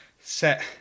set